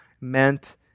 meant